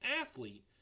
athlete